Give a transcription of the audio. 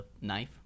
knife